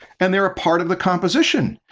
and they're a part of the composition.